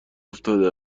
افتاده